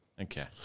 Okay